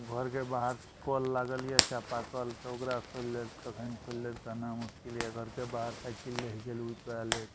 घरके बाहर कल लागल यऽ चापा कल तऽ ओकरा खोलि लेत कखन खोलि लेत कहना मुश्किल घरके बाहर साइकिल रहि गेल ई चोरा लेत